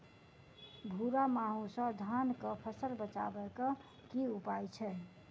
भूरा माहू सँ धान कऽ फसल बचाबै कऽ की उपाय छै?